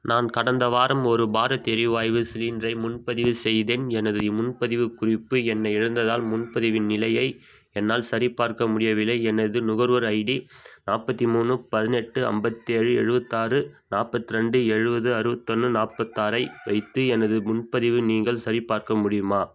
நான் கடந்த வாரம் ஒரு பாரத் எரிவாய்வு சிலிண்டரை முன்பதிவு செய்தேன் எனது முன்பதிவுக் குறிப்பு எண்ணை இழந்ததால் முன்பதிவின் நிலையை என்னால் சரிபார்க்க முடியவில்லை எனது நுகர்வோர் ஐடி நாற்பத்தி மூணு பதினெட்டு ஐம்பத்தேழு எழுபத்தாறு நாற்பத்ரெண்டு எழுபது அறுபத்தொன்னு நாற்பத்தாறை வைத்து எனது முன்பதிவை நீங்கள் சரிபார்க்க முடியுமா